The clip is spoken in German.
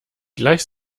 gleich